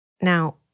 Now